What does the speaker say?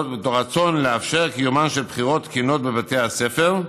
מתוך רצון לאפשר את קיומן של בחירות תקינות בבתי הספר,